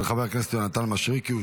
של חבר הכנסת יונתן מישרקי,